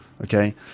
Okay